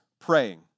praying